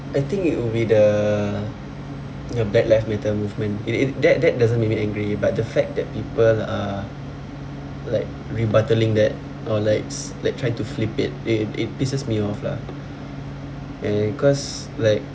I think it would be the the black live matter movement it it that that doesn't make me angry but the fact that people are like rebutting that or likes like try to flip it it it pisses me off lah eh cause like